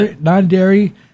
non-dairy